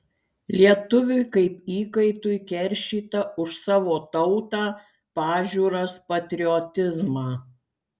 lietuviui kaip įkaitui keršyta už savo tautą pažiūras patriotizmą